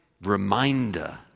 reminder